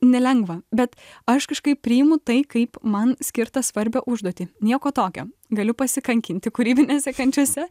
nelengva bet aš kažkaip priimu tai kaip man skirtą svarbią užduotį nieko tokio galiu pasikankinti kūrybinėse kančiose